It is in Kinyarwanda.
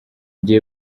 gihe